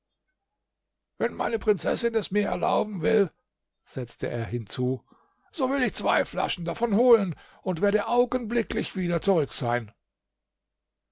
wenn meine prinzessin es mir erlauben will setzte er hinzu so will ich zwei flaschen davon holen und werde augenblicklich wieder zurück sein